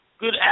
good